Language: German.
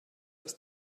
das